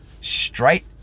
straight